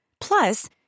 Plus